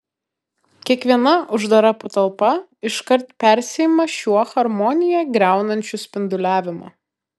kiekviena uždara patalpa iškart persiima šiuo harmoniją griaunančiu spinduliavimu